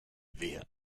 wer